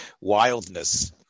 wildness